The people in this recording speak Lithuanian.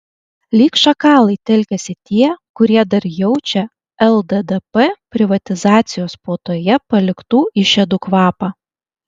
lyg šakalai telkiasi tie kurie dar jaučia lddp privatizacijos puotoje paliktų išėdų kvapą